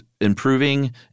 improving